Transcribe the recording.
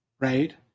right